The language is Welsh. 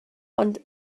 ond